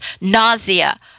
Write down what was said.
Nausea